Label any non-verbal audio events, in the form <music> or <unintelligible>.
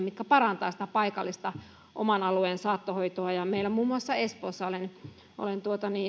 <unintelligible> mitkä parantavat sitä paikallista oman alueen saattohoitoa meillä muun muassa espoossa olen olen